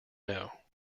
know